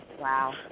Wow